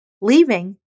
Leaving